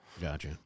Gotcha